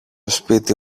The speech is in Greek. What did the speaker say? σπίτι